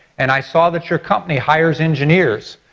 and i saw that your company hires engineers.